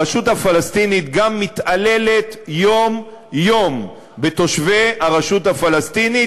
הרשות הפלסטינית גם מתעללת יום-יום בתושבי הרשות הפלסטינית,